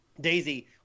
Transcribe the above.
daisy